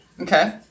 Okay